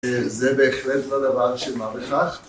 זה בהחלט לא דבר של מרחק.